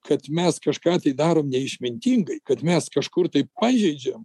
kad mes kažką tai darom neišmintingai kad mes kažkur taip pažeidžiam